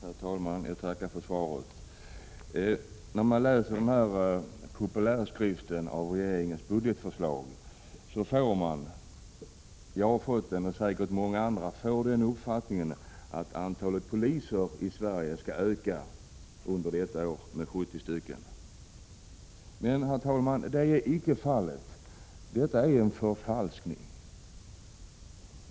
Herr talman! Jag tackar för svaret. När man läser denna ”populärskrift” om regeringens budgetförslag får man den uppfattningen — jag, och säkert många andra, har fått det — att antalet poliser i Sverige skall öka under detta år med 70. Men, herr talman, det är icke fallet. Detta är en förfalskning.